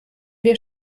wir